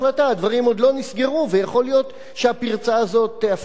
ויכול להיות שהפרצה הזאת תיהפך פתאום להיות כפתחו של